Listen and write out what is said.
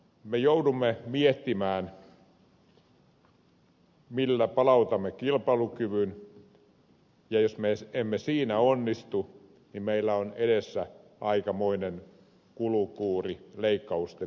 me joudumme miettimään millä palautamme kilpailukyvyn ja jos me emme siinä onnistu niin meillä on edessä aikamoinen kulukuuri leikkausten myötä